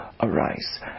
arise